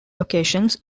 locations